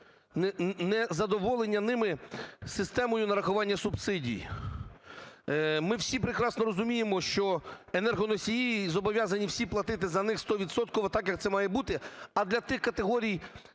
незадоволення ними системою нарахування субсидій. Ми всі прекрасно розуміємо, що енергоносії - зобов'язані всі платити за них 100-відсотково так, як це має бути, а для тих категорій